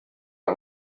ndi